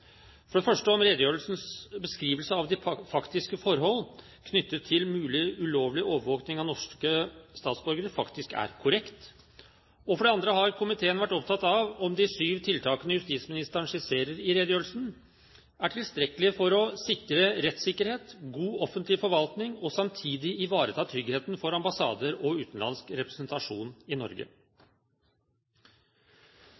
For det første om redegjørelsens beskrivelse av de faktiske forhold knyttet til mulig ulovlig overvåkning av norske statsborgere faktisk er korrekt. For det andre har komiteen vært opptatt av om de sju tiltakene justisministeren skisserer i redegjørelsen, er tilstrekkelige for å sikre rettssikkerhet, god offentlig forvaltning og samtidig ivareta tryggheten for ambassader og utenlandsk representasjon i Norge.